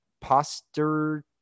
poster